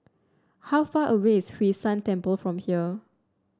how far away is Hwee San Temple from here